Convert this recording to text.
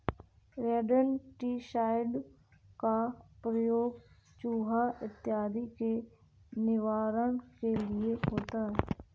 rodenticide का प्रयोग चुहा इत्यादि के निवारण के लिए होता है